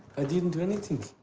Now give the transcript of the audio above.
i didn't do anything.